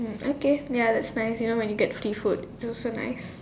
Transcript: mm okay ya that's nice you know when you get to see food feels so nice